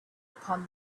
upon